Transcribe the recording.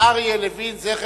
רבי אריה לוין זצ"ל.